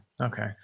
Okay